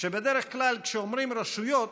שבדרך כלל כשאומרים "רשויות"